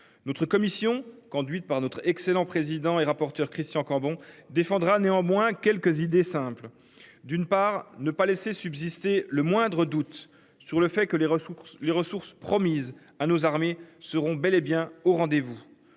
Notre commission conduite par notre excellent président et rapporteur Christian Cambon défendra néanmoins quelques idées simples. D'une part, ne pas laisser subsister le moindre doute sur le fait que les ressources, les ressources promises à nos armées seront bel et bien au rendez-vous.